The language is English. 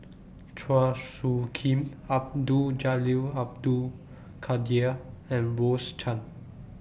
Chua Soo Khim Abdul Jalil Abdul Kadir and Rose Chan